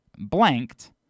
blanked